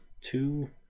two